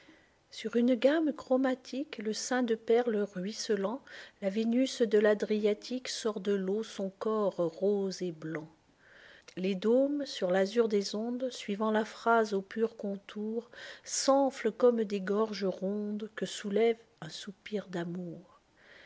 sur une gamme chromatique le sein de perles ruisselant la vénus de l'adriatique sort de l'eau son corps rose et blanc les dômes sur l'azur des ondes suivant la phrase au pur contour s'enflent comme des gorges rondes que soulève un soupir d'amour